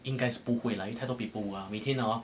应该是不会啦因为太多 paperwork 了每天啊